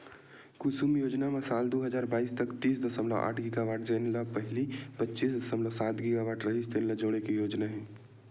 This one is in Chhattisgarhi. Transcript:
कुसुम योजना म साल दू हजार बाइस तक तीस दसमलव आठ गीगावाट जेन ल पहिली पच्चीस दसमलव सात गीगावाट रिहिस तेन ल जोड़े के योजना हे